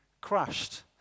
crushed